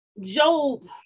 Job